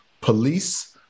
Police